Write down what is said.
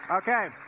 Okay